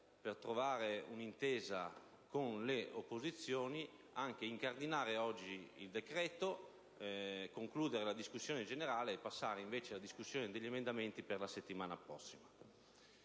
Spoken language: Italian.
per trovare un'intesa con le opposizioni - ad incardinare oggi il decreto, concludere la discussione generale e passare alla discussione degli emendamenti nella settimana prossima.